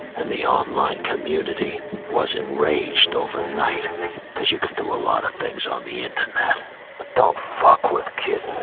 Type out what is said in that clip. and the online community was enraged overnight because you can do a lot of things on the internet don't fuck with kids